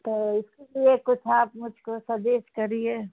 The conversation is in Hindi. तो उसके लिए कुछ आप मुझको सज्जेस्ट करिए